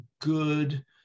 good